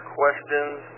questions